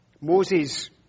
Moses